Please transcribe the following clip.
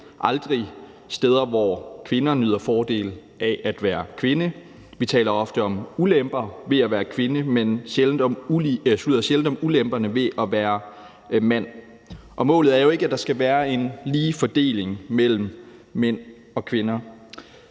aldrig steder, hvor kvinder nyder fordele af at være kvinder. Vi taler ofte om ulemper ved at være kvinde, men sjældent om ulemperne ved at være mand, og målet er jo ikke, at der skal være en lige fordeling mellem mænd og kvinder.